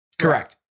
correct